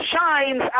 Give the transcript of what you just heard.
shines